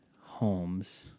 homes